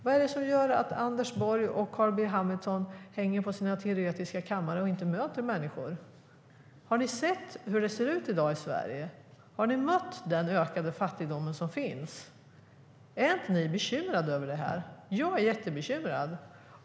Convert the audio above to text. Vad är det som gör att Anders Borg och Carl B Hamilton hänger på sina teoretiska kamrar och inte möter människor? Har ni sett hur det ser ut i dag i Sverige? Har ni mött den ökade fattigdom som finns? Är ni inte bekymrade över det? Jag är jättebekymrad.